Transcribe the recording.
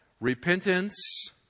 repentance